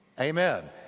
Amen